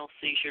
Seizure